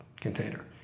container